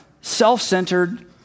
self-centered